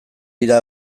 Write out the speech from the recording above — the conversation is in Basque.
dira